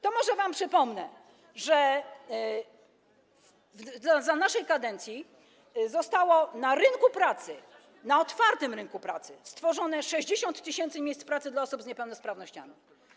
To może wam przypomnę, że za naszej kadencji zostało na rynku pracy, na otwartym rynku pracy stworzone 60 tys. miejsc pracy dla osób z niepełnosprawnościami.